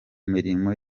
mirimo